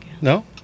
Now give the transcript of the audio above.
No